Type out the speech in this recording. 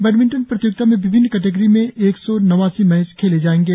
badminton प्रतियोगिता में विभिन्न कटेगरी में एक सौ नवासी मैच खेले जायेंगे